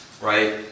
right